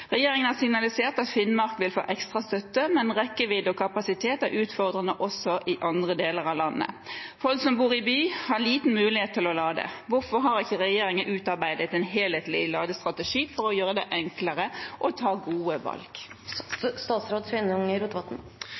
Regjeringen har signalisert at Finnmark vil få ekstra støtte, men rekkevidde og kapasitet er utfordrende også i andre deler av landet. Folk som bor i by, har liten mulighet til å lade. Hvorfor har ikke regjeringen utarbeidet en helhetlig ladestrategi for å gjøre det enklere å ta gode valg?»